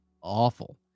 awful